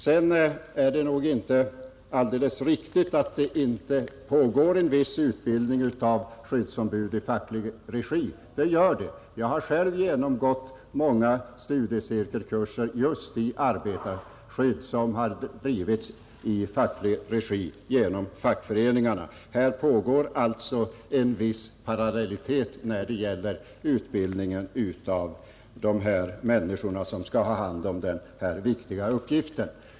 Påståendet att det inte pågår en viss utbildning av skyddsombud i facklig regi är inte riktigt. Jag har själv genomgått många studiecirkelkurser just i ämnet arbetarskydd, och dessa kurser har drivits i facklig regi genom fackföreningarna. Här pågår alltså en viss parallellitet när det gäller utbildningen av dem som skall handha denna viktiga uppgift.